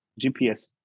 GPS